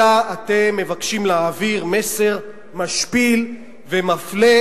אלא אתם מבקשים להעביר מסר משפיל ומפלה,